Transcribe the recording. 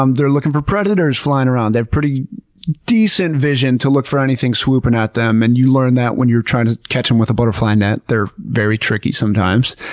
um they're looking for predators flying around. they have pretty decent vision to look for anything swooping at them, and you learn that when you're trying to catch them with a butterfly net. they're very tricky sometimes.